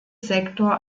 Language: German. sektor